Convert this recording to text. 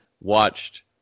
watched